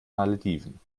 malediven